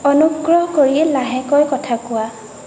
অনুগ্ৰহ কৰি লাহেকৈ কথা কোৱা